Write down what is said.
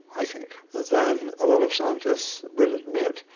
i think, than a lot of scientists will admit,